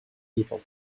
evil